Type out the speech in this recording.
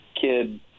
kid –